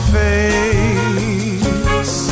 face